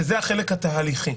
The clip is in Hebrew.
שהוא החלק התהליכי.